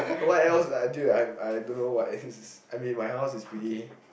what else would I dude I I don't know what else I mean my house is pretty